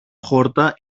χόρτα